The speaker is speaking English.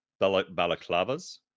balaclavas